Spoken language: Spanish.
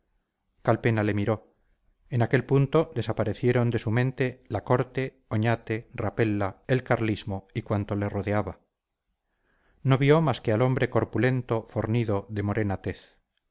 obscuro calpena le miró en aquel punto desaparecieron de su mente la corte oñate rapella el carlismo y cuanto le rodeaba no vio más que al hombre corpulento fornido de morena tez